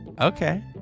okay